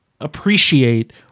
appreciate